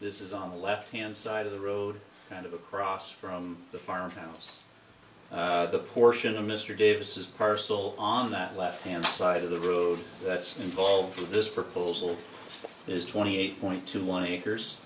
this is on the left hand side of the road kind of across from the farmhouse the portion of mr davis parcel on that left hand side of the road that's involved with this proposal there's twenty eight point two